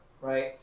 right